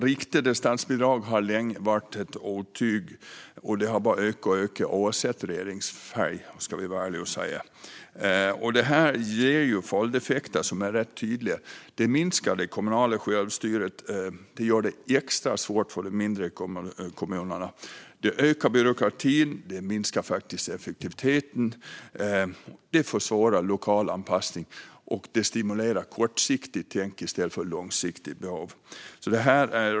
Riktade statsbidrag har länge varit ett otyg, och de har bara ökat och ökat - oavsett regeringsfärg, ska vi ärligt säga. Detta ger följdeffekter som är rätt tydliga. Det minskar det kommunala självstyret och gör det extra svårt för de mindre kommunerna. Det ökar byråkratin, minskar effektiviteten, försvårar lokal anpassning och stimulerar ett kortsiktigt tänk i stället för att tillgodose långsiktiga behov.